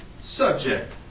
subject